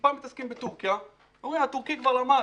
שטיפה מתעסקים בטורקיה ואומרים לי: הטורקי כבר אמר,